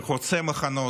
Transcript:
שחוצה מחנות,